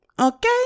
okay